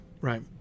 right